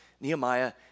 Nehemiah